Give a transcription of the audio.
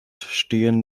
stehen